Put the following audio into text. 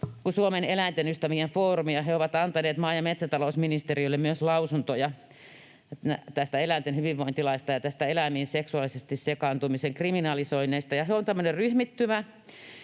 Suomen eläintenystävien foorumi, ja he ovat antaneet maa- ja metsätalousministeriölle myös lausuntoja tästä eläinten hyvinvointilaista ja tästä eläimiin seksuaalisesti sekaantumisen kriminalisoinnista. He ovat tämmöinen